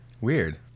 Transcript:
Weird